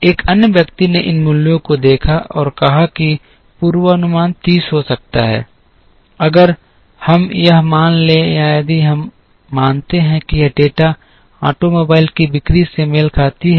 एक अन्य व्यक्ति ने इन मूल्यों को देखा और कहा कि पूर्वानुमान 30 हो सकता है अगर हम यह मान लें या यदि हम मानते हैं कि यह डेटा ऑटोमोबाइल की बिक्री से मेल खाती है